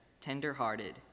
tender-hearted